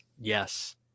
Yes